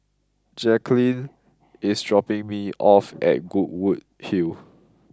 Jacalyn is dropping me off at Goodwood Hill